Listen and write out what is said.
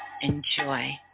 enjoy